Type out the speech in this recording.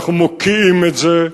אנחנו מוקיעים את זה.